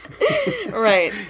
Right